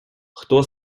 хто